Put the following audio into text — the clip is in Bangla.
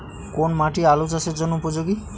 কোন মাটি আলু চাষের জন্যে উপযোগী?